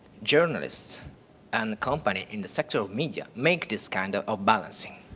journalists and the company in the sector of media make this kind ah of balancing.